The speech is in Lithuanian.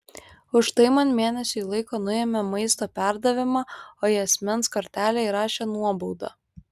už tai man mėnesiui laiko nuėmė maisto perdavimą o į asmens kortelę įrašė nuobaudą